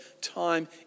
time